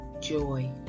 joy